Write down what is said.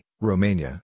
Romania